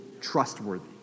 trustworthy